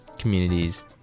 Communities